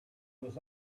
was